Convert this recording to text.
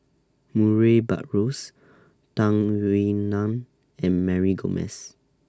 Murray Buttrose Tung Yue Nang and Mary Gomes